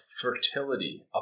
fertility